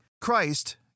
Christ